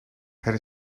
het